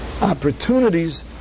opportunities